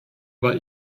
war